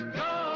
go